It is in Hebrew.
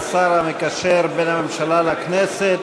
השר המקשר בין הממשלה לכנסת.